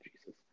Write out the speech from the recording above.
Jesus